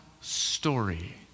story